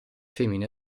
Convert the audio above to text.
femmine